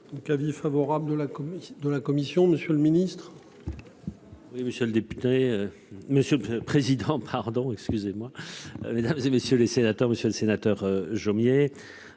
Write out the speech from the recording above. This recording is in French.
commission de la Commission, monsieur le ministre. Oui, Monsieur le député, monsieur le président, pardon, excusez-moi. Mesdames, et messieurs les sénateurs, Monsieur le Sénateur Jomier.